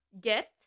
Get